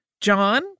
John